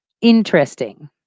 Interesting